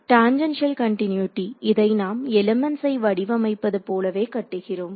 tangential continuity இதை நாம் எலிமெண்ட்ஸை வடிவமைப்பது போலவே கட்டுகிறோம்